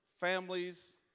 families